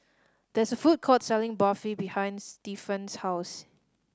there is a food court selling Barfi behind Stefan's house